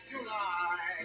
July